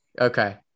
Okay